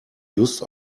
lust